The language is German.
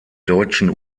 deutschen